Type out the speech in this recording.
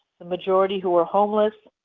the majority who are homeless,